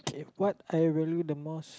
okay what I value the most